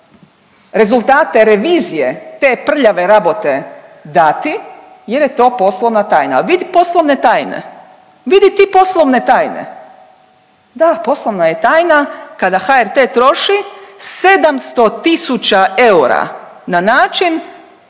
rezultate revizije te prljave rabote dati jer je to poslovna tajna. A vidi poslovne tajne, vidi ti poslovne tajne. Da, poslovna je tajna kada HRT troši 700 000 eura na način